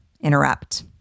interrupt